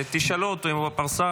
תשאלו אותו אם הוא בפרסה.